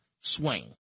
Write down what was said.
swing